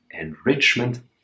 enrichment